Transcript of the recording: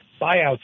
buyouts